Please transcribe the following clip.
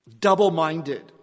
double-minded